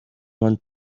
want